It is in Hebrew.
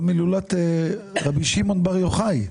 הילולת רבי שמעון בר יוחאי.